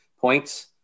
points